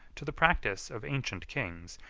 to the practice of ancient kings,